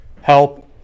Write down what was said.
help